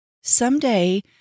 someday